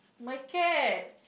my cats